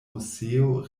moseo